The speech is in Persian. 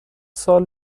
سال